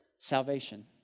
salvation